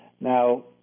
Now